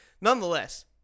Nonetheless